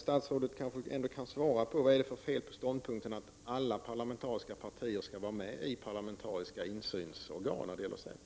Statsrådet kanske ändå kan ge svar på frågan vad det är för fel på ståndpunkten att alla parlamentariska partier skall vara representerade i parlamentariska organ med insyn i säpo.